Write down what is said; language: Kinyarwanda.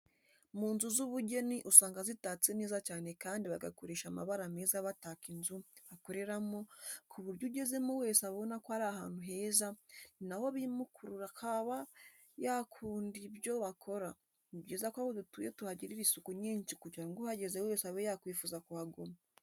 Mu nzu z'ubugeni usanga zitatse neza cyane kandi bagakoresha amabara meza bataka inzu bakoreramo ku buryo ugezemo wese abona ko ari ahantu heza, ni na ho bimukurura akaba yakunda ibyo bakora, ni byiza ko aho dutuye tuhagirira isuku nyinshi kugira ngo uhageze wese abe yakwifuza kuhaguma.